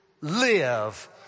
live